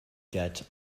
get